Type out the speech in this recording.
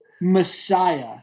Messiah